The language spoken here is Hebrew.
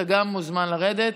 אתה גם מוזמן לרדת.